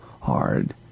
hard